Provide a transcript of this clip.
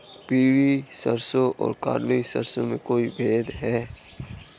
पीली सरसों और काली सरसों में कोई भेद है?